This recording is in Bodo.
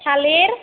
थालिर